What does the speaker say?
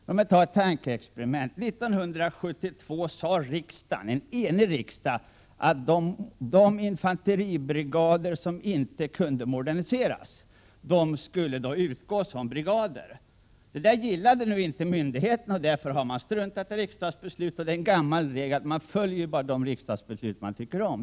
Låt oss göra ett tankeexperiment, som visar att satsning på kvalitet inte är nedrustning. 1972 sade riksdagen att de infanteribrigader som inte kunde = Prot. 1987/88:131 moderniseras skulle utgå som brigader. Det gillade inte myndigheterna, och 1 juni 1988 därför har de struntat i det riksdagsbeslutet. Det är en gammal myndighets: SZ uppfattning i Sverige att man följer bara de riksdagsbeslut man tycker om.